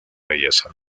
belleza